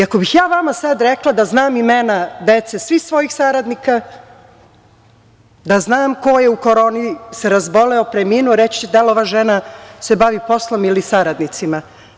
Ako bih ja sada vama rekla da ja znam imena dece svih svojih saradnika, da znam ko se u koroni razboleo, preminuo, reći dal se ova žena bavi poslom ili saradnicima.